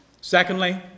Secondly